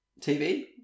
TV